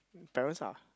parents lah